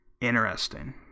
Interesting